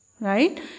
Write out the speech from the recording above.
Right